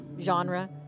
genre